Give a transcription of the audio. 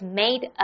made